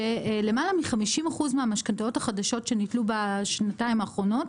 שלמעלה מ-50% מהמשכנתאות החדשות שניטלו בשנתיים האחרונות,